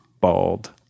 bald